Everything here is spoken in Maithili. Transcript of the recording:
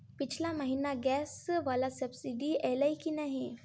पिछला महीना गैस वला सब्सिडी ऐलई की नहि?